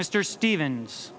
mr stevens